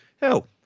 hell